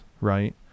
right